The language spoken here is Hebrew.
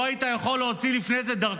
לא היית יכול להוציא דרכון,